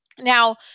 Now